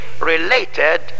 related